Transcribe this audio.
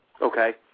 Okay